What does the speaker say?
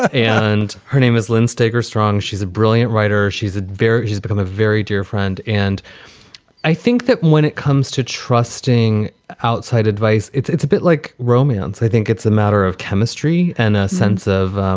and her name is lind's tager strong. she's a brilliant writer. she's a very she's become a very dear friend. and i think that when it comes to trusting outside advice, it's it's a bit like romance. i think it's a matter of chemistry and a sense of